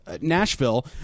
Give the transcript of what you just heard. Nashville